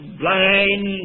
blind